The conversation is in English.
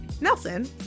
Nelson